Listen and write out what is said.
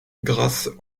grâce